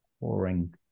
pouring